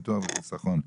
ביטוח וחיסכון.